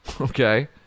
Okay